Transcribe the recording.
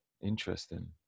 Interesting